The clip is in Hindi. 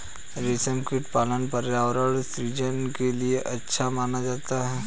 रेशमकीट पालन पर्यावरण सृजन के लिए अच्छा माना जाता है